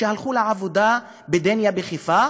שהלכו לעבודה בדניה בחיפה,